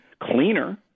cleaner